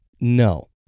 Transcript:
No